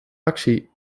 actie